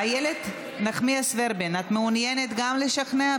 איילת נחמיאס ורבין, גם את מעוניינת לשכנע?